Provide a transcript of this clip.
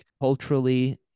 culturally